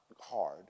hard